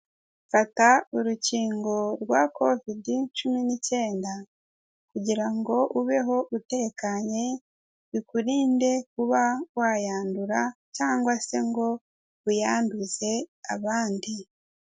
Fata urukingo rwa Kovide cumi n'icyenda kugira ngo ubeho utekanye bikurinde kuba wayandura cyangwa se ngo uyanduze abandi.